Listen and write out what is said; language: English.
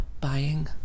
buying